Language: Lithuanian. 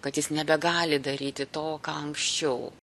kad jis nebegali daryti to ką anksčiau